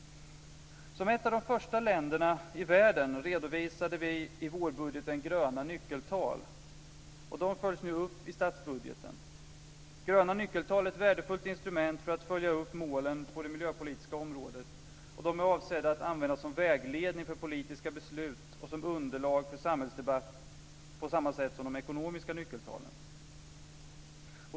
Som ett av de första länderna i världen redovisade vi i vårbudgeten gröna nyckeltal. De följs nu upp i statsbudgeten. Gröna nyckeltal är ett värdefullt instrument för att följa upp målen på det miljöpolitiska området, och de är avsedda att användas som vägledning för politiska beslut och som underlag för samhällsdebatten på samma sätt som de ekonomiska nyckeltalen.